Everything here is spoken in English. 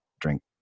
drink